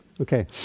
Okay